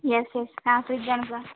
yes yes ആ fridge ആണ് sir